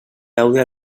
laude